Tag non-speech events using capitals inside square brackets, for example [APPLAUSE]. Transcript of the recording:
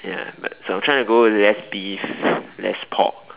ya but so I'm trying to go less beef [BREATH] less pork